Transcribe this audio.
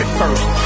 first